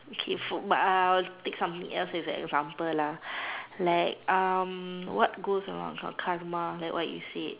okay food but I'll take something else as an example lah like um what goes about got karma like what you said